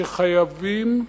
שחייבים,